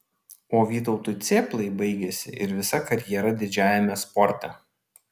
o vytautui cėplai baigėsi ir visa karjera didžiajame sporte